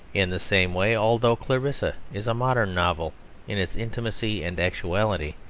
in the same way, although clarissa is a modern novel in its intimacy and actuality,